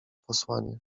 posłanie